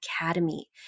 Academy